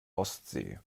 ostsee